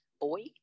boy